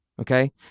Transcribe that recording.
Okay